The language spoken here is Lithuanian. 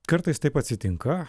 kartais taip atsitinka